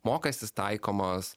mokestis taikomas